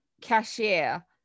Cashier